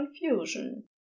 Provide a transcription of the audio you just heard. confusion